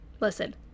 Listen